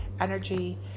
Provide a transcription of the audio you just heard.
energy